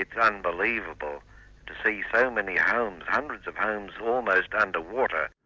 ah unbelievable to see so many homes, hundreds of homes almost under water.